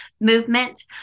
movement